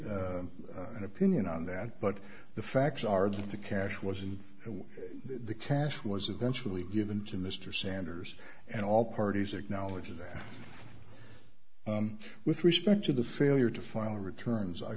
an opinion on that but the facts are that the cash was in the cash was eventually given to mr sanders and all parties acknowledges that with respect to the failure to file returns i